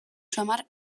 samar